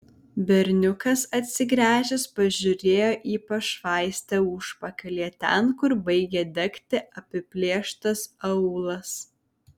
berniukas atsigręžęs pažiūrėjo į pašvaistę užpakalyje ten kur baigė degti apiplėštas aūlas